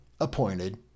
appointed